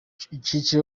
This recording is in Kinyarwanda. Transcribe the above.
rusange